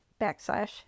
backslash